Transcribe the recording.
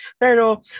Pero